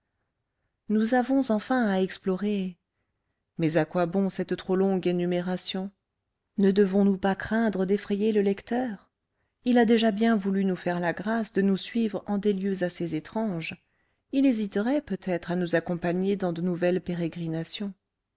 nous avons enfin à explorer mais à quoi bon cette trop longue énumération ne devons-nous pas craindre d'effrayer le lecteur il a déjà bien voulu nous faire la grâce de nous suivre en des lieux assez étranges il hésiterait peut-être à nous accompagner dans de nouvelles pérégrinations